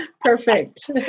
Perfect